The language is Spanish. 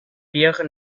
pierre